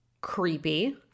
Creepy